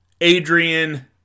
Adrian